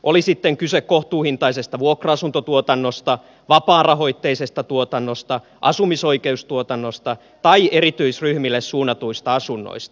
oli sitten kyse kohtuuhintaisesta vuokra asuntotuotannosta vapaarahoitteisesta tuotannosta asumisoikeustuotannosta tai erityisryhmille suunnatuista asunnoista